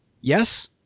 Yes